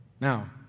Now